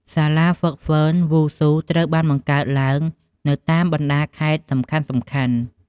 សាលាហ្វឹកហ្វឺនវ៉ូស៊ូត្រូវបានបង្កើតឡើងនៅតាមបណ្ដាខេត្តសំខាន់ៗ។